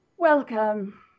Welcome